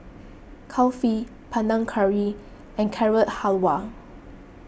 Kulfi Panang Curry and Carrot Halwa